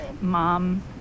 mom